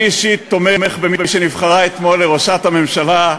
אני אישית תומך במי שנבחרה אתמול לראשת הממשלה,